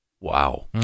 Wow